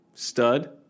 Stud